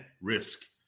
risk